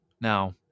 Now